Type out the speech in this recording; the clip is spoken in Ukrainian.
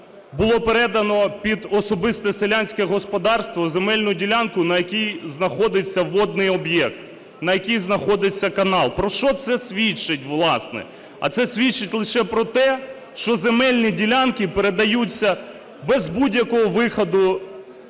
було передано під особисте селянське господарство земельну ділянку, на якій знаходиться водний об'єкт, на якій знаходиться канал. Про що це свідчить, власне? А це свідчить лише про те, що земельні ділянки передаються без будь-якого виходу,